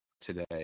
today